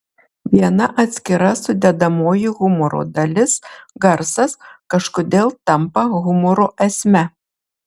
viena atskira sudedamoji humoro dalis garsas kažkodėl tampa humoro esme